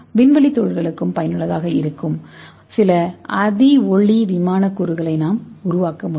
விண்வெளித் தொழில்களுக்கும் பயனுள்ளதாக இருக்கும் சில அதி ஒளி விமானக் கூறுகளை நாங்கள் உருவாக்க முடியும்